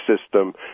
system